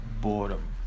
boredom